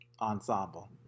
ensemble